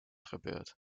gebeurd